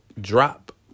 drop